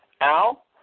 Al